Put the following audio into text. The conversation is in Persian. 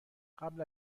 قبل